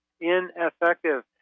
ineffective